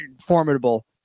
formidable